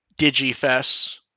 Digifest